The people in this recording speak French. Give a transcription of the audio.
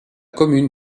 commune